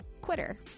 quitter